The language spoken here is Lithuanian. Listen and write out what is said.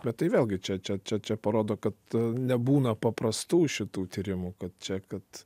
bet tai vėlgi čia čia čia čia parodo kad nebūna paprastų šitų tyrimų kad čia kad